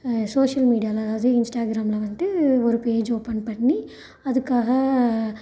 social மீடியாவில் அதுவும் இன்ஸ்டாகிராமில் வந்துட்டு ஒரு பேஜ் ஓப்பன் பண்ணி அதுக்காக